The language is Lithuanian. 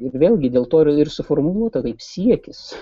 ir vėlgi dėl to ir suformuluota kaip siekis